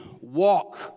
walk